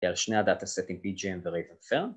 על שני הדאטה סטים bgm וratered firm